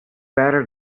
better